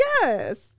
Yes